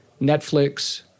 Netflix